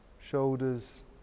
shoulders